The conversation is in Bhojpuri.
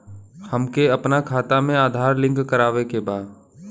हमके अपना खाता में आधार लिंक करावे के बा?